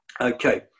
Okay